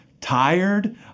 tired